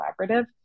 collaborative